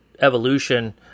evolution